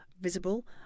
visible